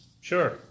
Sure